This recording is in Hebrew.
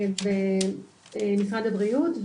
במשרד הבריאות,